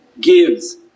gives